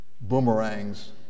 boomerangs